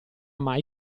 mai